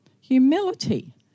humility